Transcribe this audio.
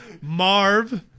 Marv